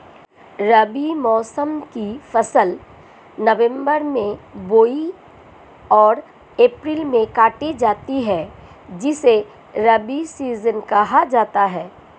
रबी मौसम की फसल नवंबर में बोई और अप्रैल में काटी जाती है जिसे रबी सीजन कहा जाता है